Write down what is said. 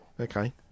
Okay